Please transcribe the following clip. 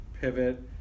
pivot